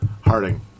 Harding